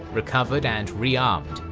recovered and rearmed,